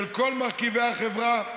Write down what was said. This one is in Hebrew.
של כל מרכיבי החברה,